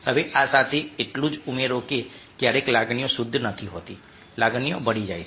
હવે આ સાથે એટલું જ ઉમેરો કે ક્યારેક લાગણીઓ શુદ્ધ નથી હોતી લાગણીઓ ભળી જાય છે